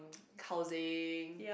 housing